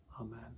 Amen